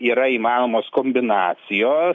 yra įmanomos kombinacijos